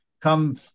Come